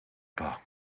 pas